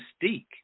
mystique